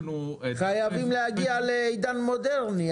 חייבים להגיע לעידן המודרני,